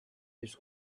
his